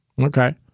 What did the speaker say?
Okay